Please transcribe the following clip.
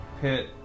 Pit